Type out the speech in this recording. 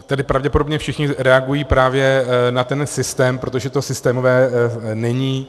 Tady pravděpodobně všichni reagují právě na ten systém, protože to systémové není.